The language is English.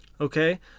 okay